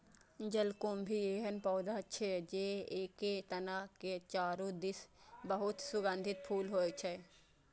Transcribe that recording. जलकुंभी एहन पौधा छियै, जेकर एके तना के चारू दिस बहुत सुगंधित फूल होइ छै